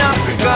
Africa